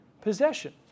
possession